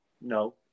no